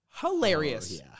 Hilarious